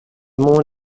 moon